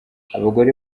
abagore